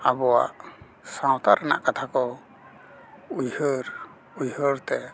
ᱟᱵᱚᱣᱟᱜ ᱥᱟᱶᱛᱟ ᱨᱮᱱᱟᱜ ᱠᱟᱛᱷᱟ ᱠᱚ ᱩᱭᱦᱟᱹᱨ ᱩᱭᱦᱟᱹᱨᱛᱮ